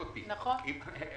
זה בסדר,